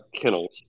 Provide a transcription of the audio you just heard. Kennels